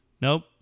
Nope